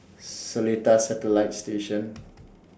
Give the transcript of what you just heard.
Seletar Satellite Station